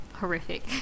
Horrific